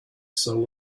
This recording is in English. song